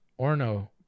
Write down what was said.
Orno